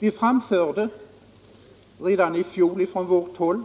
Vi framförde redan i fjol från vårt håll